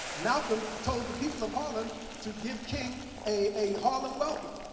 malcolm told the people of harlem to give king a harlem welcome.